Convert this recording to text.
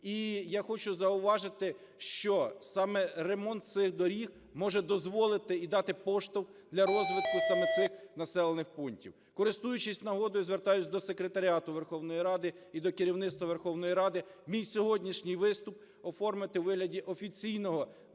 І я хочу зауважити, що саме ремонт цих доріг може дозволити і дати поштовх для розвитку саме цих населених пунктів. Користуючись нагодою, звертаюся до секретаріату Верховної Ради і до керівництва Верховної Ради мій сьогоднішній виступ оформити у вигляді офіційного